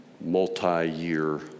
Multi-year